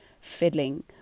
fiddling